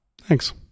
Thanks